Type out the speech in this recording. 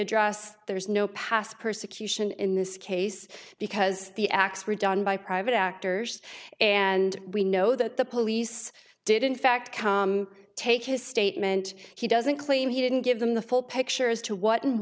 address there's no past persecution in this case because the acts were done by private actors and we know that the police did in fact come take his statement he doesn't claim he didn't give them the full picture as to what and